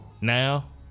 now